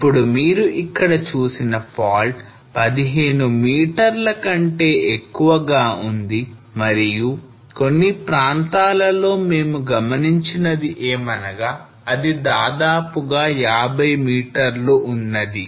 ఇప్పుడు మీరు ఇక్కడ చూసిన scarp 15 మీటర్ల కంటే ఎక్కువగా ఉంది మరియు కొన్ని ప్రాంతాలలో మేము గమనించినది ఏమనగా అది దాదాపుగా 50 మీటర్లు ఉన్నది